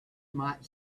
might